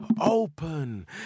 open